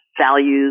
values